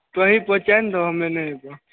तोंही पहुॅंचाई ने दहो हमे नहि अयबह